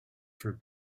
for